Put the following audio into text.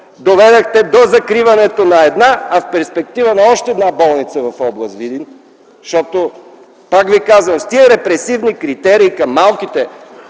доведохте до закриването на една, а в перспектива – на още една болница в област Видин, защото, пак Ви казвам, с тези репресивни критерии към малките